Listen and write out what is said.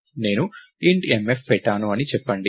నేను int mf పెట్టాను అని చెప్పండి